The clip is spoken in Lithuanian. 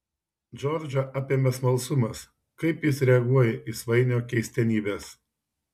džordžą apėmė smalsumas kaip jis reaguoja į svainio keistenybes